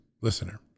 listener